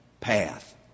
path